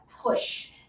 push